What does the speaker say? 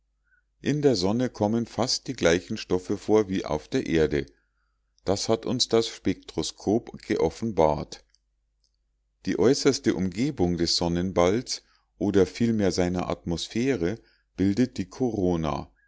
in der sonne kommen fast die gleichen stoffe vor wie auf der erde das hat uns das spektroskop geoffenbart die äußerste umgebung des sonnenballs oder vielmehr seiner atmosphäre bildet die korona